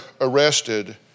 arrested